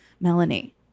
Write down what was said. Melanie